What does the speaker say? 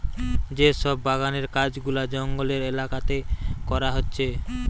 যে সব বাগানের কাজ গুলা জঙ্গলের এলাকাতে করা হচ্ছে